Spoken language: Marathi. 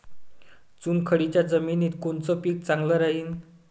चुनखडीच्या जमिनीत कोनचं पीक चांगलं राहीन?